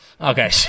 Okay